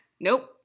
Nope